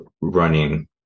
running